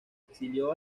exilió